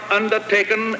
undertaken